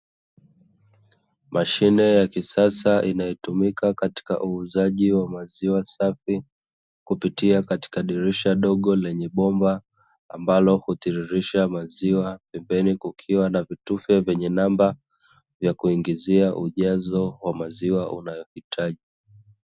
Mashine ya kisasa inayotumika katika uuzaji wa maziwa safi Kupitia dirisha dogo lenye bomba ambalo hutiririsha maziwa pembeni kukiwa na vitufe vyenye namba vya kuingiza ujazo wa maziwa unayo hitaji